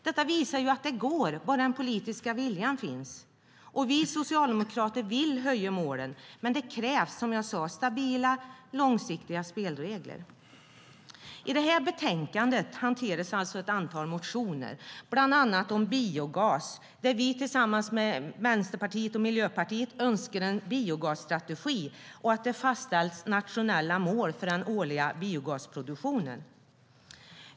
Detta visar att det går bara den politiska viljan finns. Vi socialdemokrater vill höja målen. Men det krävs, som jag sade, stabila, långsiktiga spelregler. I detta betänkande hanteras ett antal motioner om bland annat biogas där vi tillsammans med Vänsterpartiet och Miljöpartiet önskar en biogasstrategi och att det fastställs nationella mål för den årliga biogasproduktionen.